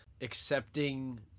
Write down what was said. accepting